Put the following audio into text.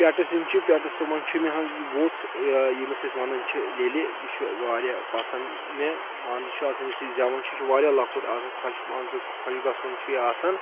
پیٹَس یِم چھِ پؠٹس منٛز چھِ مےٚ ووٚژھ ییٚمِس أسۍ وَنان چھِ لیٚلہِ یہِ چھُ واریاہ پَسنٛد مےٚ مان ژٕ چھُ آسَان یُس یہِ زؠوَان چھُ یہِ چھُ واریاہ لۄکُٹ آسان خۄش مان ژٕ خۄش گژھُن چھُ یہِ آسَان